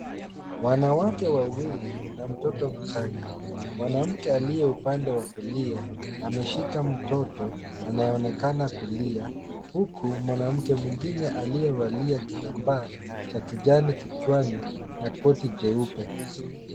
Wanawake wawili na mtoto mchanga. Mwanamke aliye upande wa kulia ameshika mtoto anayeonekana kulia, huku mwanamke mwingine aliyevalia kitambaa cha kijanikichwani na koti jeupe.